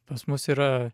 pas mus yra